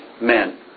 men